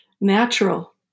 natural